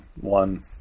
one